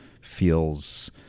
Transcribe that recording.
feels